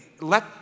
Let